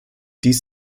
dies